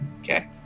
Okay